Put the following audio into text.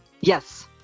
Yes